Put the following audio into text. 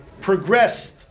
progressed